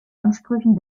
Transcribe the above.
ansprüchen